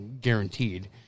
guaranteed